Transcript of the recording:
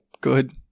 good